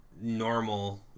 normal